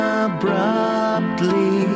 abruptly